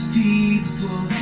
people